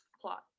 plot